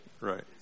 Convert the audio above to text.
Right